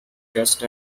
just